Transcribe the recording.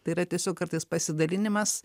tai yra tiesiog kartais pasidalinimas